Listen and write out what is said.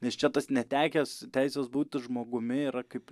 nes čia tas netekęs teisės būti žmogumi yra kaip